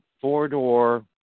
four-door